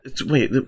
Wait